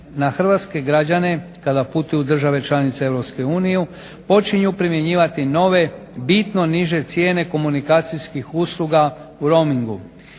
na hrvatske građane kada putuju u države članice Europske unije počinju primjenjivati nove bitno niže cijene komunikacijskih usluga u roamingu